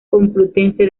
complutense